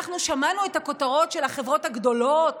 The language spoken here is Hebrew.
אנחנו שמענו את הכותרות של החברות הגדולות